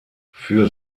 für